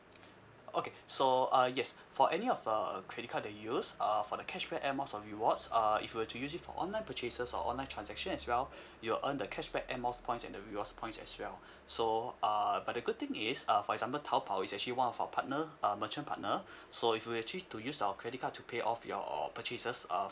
okay so uh yes for any of uh credit card that you use uh for the cashback air miles or rewards uh if you were to use it for online purchases or online transaction as well you'll earn the cashback air miles points and the rewards points as well so uh but the good thing is uh for example taobao is actually one of our partner uh merchant partner so if you actually to use our credit card to pay off your purchases uh